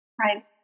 Right